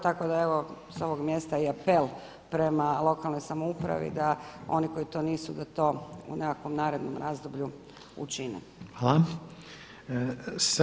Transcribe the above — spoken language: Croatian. Tako da evo, sa ovog mjesta i apel prema lokalnoj samoupravi da oni koji to nisu da to u nekakvom narednom razdoblju učine.